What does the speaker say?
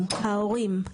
אנחנו ההורים,